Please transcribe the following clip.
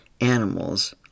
animals